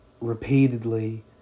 repeatedly